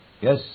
Yes